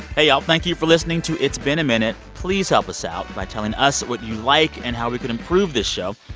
um thank you for listening to it's been a minute. please help us out by telling us what you like and how we can improve the show.